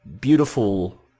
beautiful